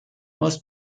most